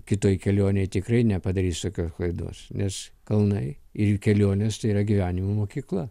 kitoj kelionėj tikrai nepadarys tokios klaidos nes kalnai ir kelionės tai yra gyvenimo mokykla